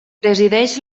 presideix